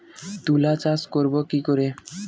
তুলা চাষ করব কি করে?